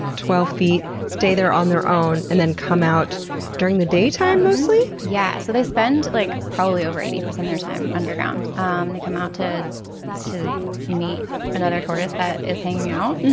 twelve feet, stay there on their own, and then come out during the day time mostly? yeah, so they spend like probably over eighty percent of their time underground. um they come out to to meet another tortoise that is hanging out. and